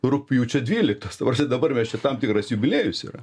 rugpjūčio dvyliktos ta prasme dabar mes čia tam tikras jubiliejus yra